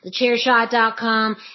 thechairshot.com